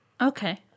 Okay